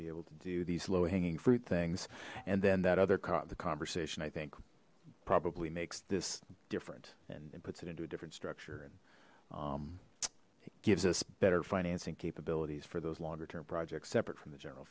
be able to do these low hanging fruit things and then that other cop the conversation i think probably makes this different and puts it into a different structure and it gives us better financing capabilities for those longer term projects separate from the general